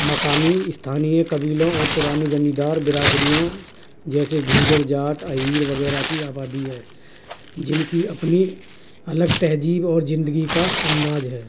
مقامی استھانی قبیلوں اور پرانے زمیں دار برادریوں جیسے گوجر جاٹ اہیر وغیرہ کی آبادی ہے جن کی اپنی الگ تہذیب اور زندگی کا انداز ہے